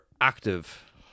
active